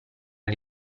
gli